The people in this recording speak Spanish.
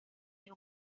new